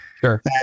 Sure